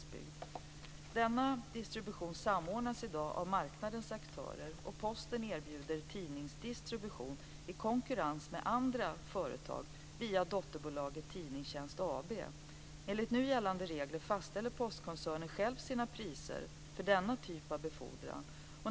Post och tidningsdistribution samordnas i dag av marknadens aktörer och Posten erbjuder tidningsdistribution, i konkurrens med andra distributionsföretag, via dotterbolaget Tidningstjänst AB. Enligt nu gällande regler fastställer Postkoncernen själv sina priser för denna typ av befordran.